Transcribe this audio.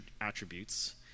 attributes